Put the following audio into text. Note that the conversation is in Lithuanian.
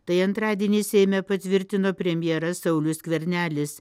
tai antradienį seime patvirtino premjeras saulius skvernelis